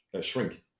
shrink